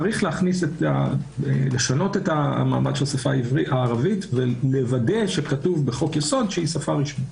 צריך לשנות את מעמד השפה הערבית ולוודא שכתוב בחוק יסוד שהיא שפה רשמית.